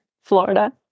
Florida